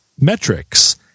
metrics